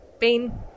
pain